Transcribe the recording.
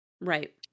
Right